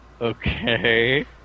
Okay